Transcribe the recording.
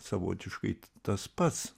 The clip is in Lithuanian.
savotiškai tas pats